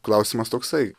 klausimas toksai